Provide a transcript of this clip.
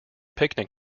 picnic